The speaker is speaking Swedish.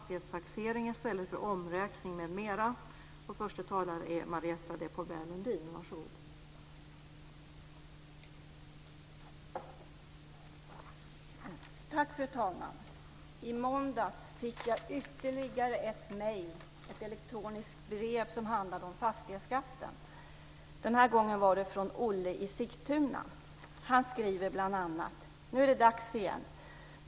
I måndags fick jag ytterligare ett mejl, ett elektroniskt brev, som handlade om fastighetsskatten. Den här gången var det från Olle i Sigtuna. Han skriver bl.a.: Nu är det dags igen.